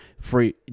free